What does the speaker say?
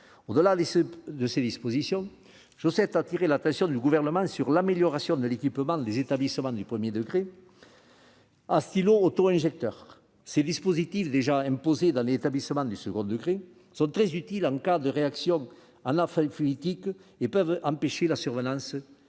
Au-delà de ces dispositions, j'attire l'attention du Gouvernement sur l'amélioration de l'équipement des établissements du premier degré en stylos auto-injecteurs. Ces dispositifs, déjà imposés dans les établissements du second degré, sont très utiles en cas de réaction anaphylactique et peuvent empêcher la survenance